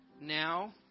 now